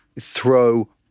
throw